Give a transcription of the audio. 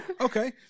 Okay